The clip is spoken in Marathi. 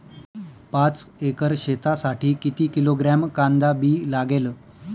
पाच एकर शेतासाठी किती किलोग्रॅम कांदा बी लागेल?